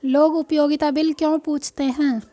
लोग उपयोगिता बिल क्यों पूछते हैं?